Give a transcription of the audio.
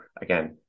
again